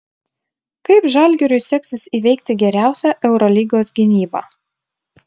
kaip žalgiriui seksis įveikti geriausią eurolygos gynybą